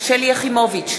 שלי יחימוביץ,